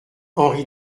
henri